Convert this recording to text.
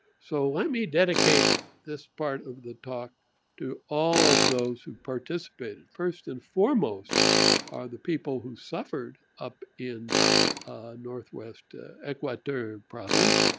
so let me dedicate this part of the talk to all of those who participated. first and foremost are the people who suffered up in northwest ecuador province,